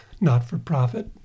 not-for-profit